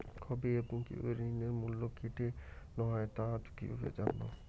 কবে এবং কিভাবে ঋণের মূল্য কেটে নেওয়া হয় তা কিভাবে জানবো?